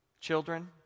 children